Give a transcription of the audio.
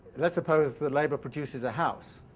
let's suppose that labour produces a house.